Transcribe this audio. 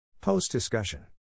Post-discussion